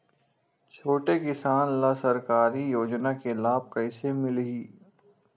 छोटे किसान ला सरकारी योजना के लाभ कइसे मिलही?